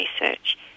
research